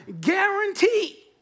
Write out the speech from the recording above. guarantee